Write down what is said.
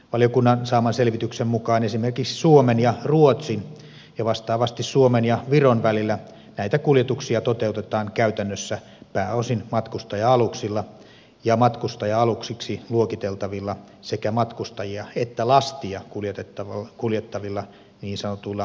valiokunnan saaman selvityksen mukaan esimerkiksi suomen ja ruotsin ja vastaavasti suomen ja viron välillä näitä kuljetuksia toteutetaan käytännössä pääosin matkustaja aluksilla ja matkustaja aluksiksi luokiteltavilla sekä matkustajia että lastia kuljettavilla niin sanotuilla ropax aluksilla